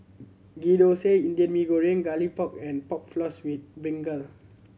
Ghee Thosai Indian Mee Goreng Garlic Pork and Pork Floss with